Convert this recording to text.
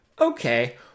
Okay